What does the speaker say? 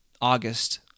august